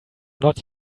not